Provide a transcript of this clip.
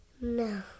No